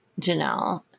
Janelle